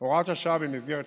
הוראת השעה במסגרת חוק-יסוד: